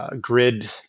Grid